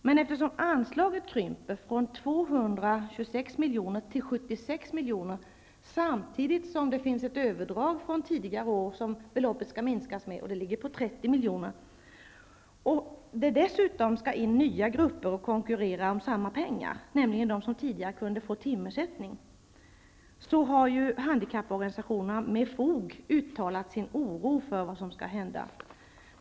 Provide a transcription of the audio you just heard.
Men eftersom anslaget krymper från 226 milj.kr. till 76 milj.kr., samtidigt som det finns ett överdrag på 30 milj.kr. från tidigare år som beloppet skall minskas med och då nya grupper skall konkurrera om samma pengar, nämligen de som tidigare kunde få timersättning, har handikapporganisationerna med fog uttalat sin oro för vad som skall hända.